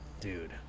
Dude